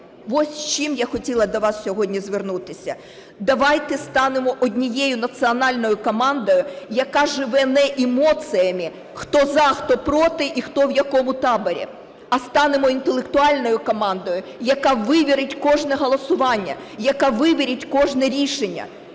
Ось з чим я хотіла до вас сьогодні звернутися. Давайте станемо однією національною командою, яка живе не емоціями "хто – за", "хто – проти" і "хто в якому таборі". А станемо інтелектуальною командою, яка вивірить кожне голосування, яка вивірить кожне рішення